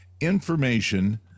information –